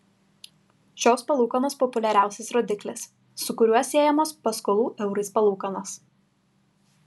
šios palūkanos populiariausias rodiklis su kuriuo siejamos paskolų eurais palūkanos